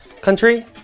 country